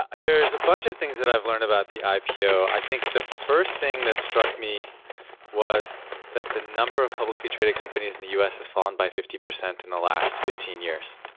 ah there's a bunch of things that i've learned about the ipo. i think the first thing that struck me was that the number of publicly traded companies in the u s. has fallen by fifty percent in the last fifteen years.